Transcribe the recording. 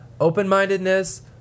open-mindedness